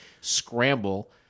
scramble